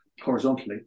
horizontally